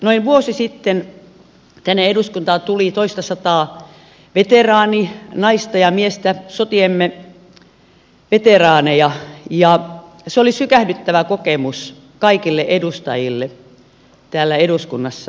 noin vuosi sitten tänne eduskuntaan tuli toistasataa veteraaninaista ja miestä sotiemme veteraaneja ja se oli sykähdyttävä kokemus kaikille edustajille täällä eduskunnassa